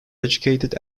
educated